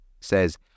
says